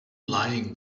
lying